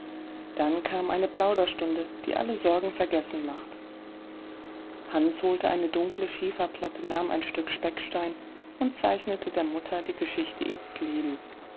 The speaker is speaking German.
dann kam eine plauderstunde die alle sorgen vergessen machte hans holte eine dunkle schieferplatte nahm ein stück speckstein und zeichnete der mutter die geschichte ihres lebens